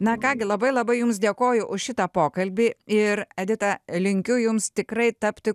na ką gi labai labai jums dėkoju už šitą pokalbį ir edita linkiu jums tikrai tapti